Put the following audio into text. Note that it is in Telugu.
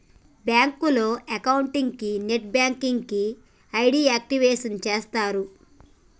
బ్యాంకులో అకౌంట్ కి నెట్ బ్యాంకింగ్ కి ఐడి యాక్టివేషన్ చేస్తరు